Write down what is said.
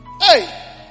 Hey